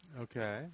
Okay